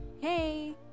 Hey